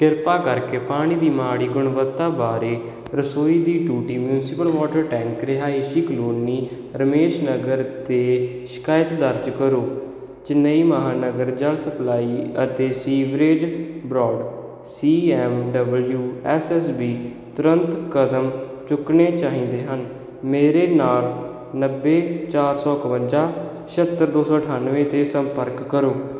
ਕਿਰਪਾ ਕਰਕੇ ਪਾਣੀ ਦੀ ਮਾੜੀ ਗੁਣਵੱਤਾ ਬਾਰੇ ਰਸੋਈ ਦੀ ਟੂਟੀ ਮਿਊਂਸਪਲ ਵਾਟਰ ਟੈਂਕ ਰਿਹਾਇਸ਼ੀ ਕਲੋਨੀ ਰਮੇਸ਼ ਨਗਰ 'ਤੇ ਸ਼ਿਕਾਇਤ ਦਰਜ ਕਰੋ ਚੇਨਈ ਮਹਾਨਗਰ ਜਲ ਸਪਲਾਈ ਅਤੇ sewerage board C M W S S B ਤੁਰੰਤ ਕਦਮ ਚੁੱਕਣੇ ਚਾਹੀਦੇ ਹਨ ਮੇਰੇ ਨਾਲ ਨੱਬੇ ਚਾਰ ਸੌ ਇੱਕਵੰਜਾ ਛਿਹੱਤਰ ਦੋੋ ਸੌੌ ਅਠਾਨਵੇਂ 'ਤੇ ਸੰਪਰਕ ਕਰੋ